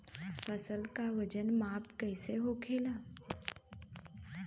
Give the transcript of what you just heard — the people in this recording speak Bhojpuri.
फसल का वजन माप कैसे होखेला?